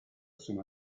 sono